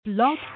Love